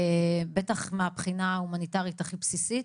בטח מהבחינה ההומניטרית הכי בסיסית.